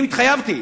אני התחייבתי